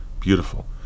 beautiful